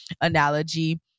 analogy